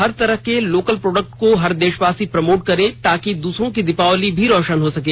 हर तरह के local product को हर देशवासी प्रमोट करें ताकी दूसरों की दिवाली भी रोशन हो सके